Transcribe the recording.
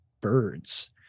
birds